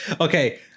Okay